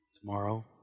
Tomorrow